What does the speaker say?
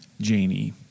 Janie